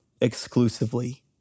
exclusively